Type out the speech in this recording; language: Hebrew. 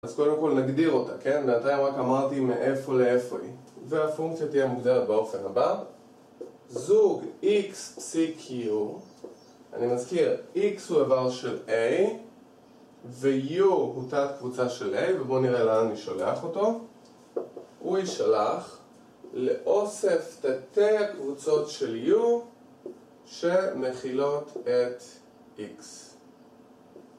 אז קודם כל נגדיר אותה, כן?, בנתיים רק אמרתי מאיפה לאיפה היא. והפונקציה תהיה מוגדרת באופן הבא זוג x, cq אני מזכיר x הוא איבר של a ו-u הוא תת קבוצה של a, ובואו נראה לאן אני שולח אותו. הוא יישלח לאוסף תתי הקבוצות של u שמכילות את x